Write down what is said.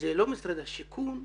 זה לא משרד השיכון.